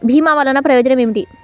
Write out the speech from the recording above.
భీమ వల్లన ప్రయోజనం ఏమిటి?